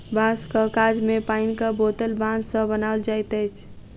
बाँसक काज मे पाइनक बोतल बाँस सॅ बनाओल जाइत अछि